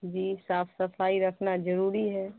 جی صاف صفائی رکھنا ضروری ہے